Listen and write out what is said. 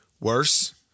worse